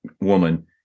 woman